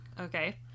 Okay